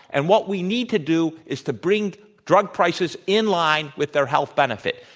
and what we need to do is to bring drug prices in line with their health benefit.